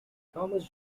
thomas